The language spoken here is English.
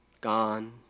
gone